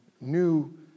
new